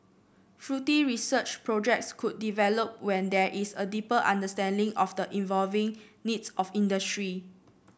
fruity research projects could develop when there is a deeper understanding of the evolving needs of industry